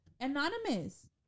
Anonymous